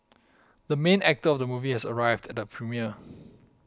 the main actor of the movie has arrived at the premiere